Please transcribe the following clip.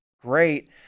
great